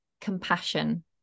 compassion